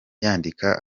yandika